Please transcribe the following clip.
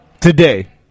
Today